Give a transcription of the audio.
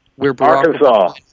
Arkansas